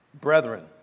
brethren